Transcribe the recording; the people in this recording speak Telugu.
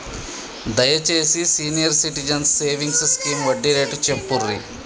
దయచేసి సీనియర్ సిటిజన్స్ సేవింగ్స్ స్కీమ్ వడ్డీ రేటు చెప్పుర్రి